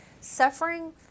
suffering